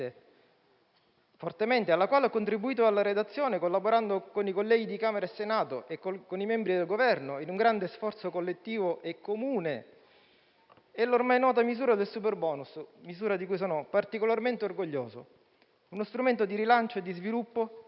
fortemente e alla cui redazione ho contribuito, collaborando con i colleghi di Camera e Senato e con i membri del Governo in un grande sforzo collettivo e comune, è l'ormai noto superbonus. Ne sono particolarmente orgoglioso. È uno strumento di rilancio e di sviluppo